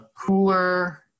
cooler